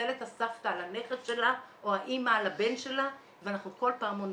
שמצלצלת הסבתא על הנכד שלה או האימא על הבן שלה ואנחנו כל פעם עונים.